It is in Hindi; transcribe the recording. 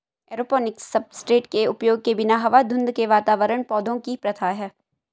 एरोपोनिक्स सब्सट्रेट के उपयोग के बिना हवा धुंध के वातावरण पौधों की प्रथा है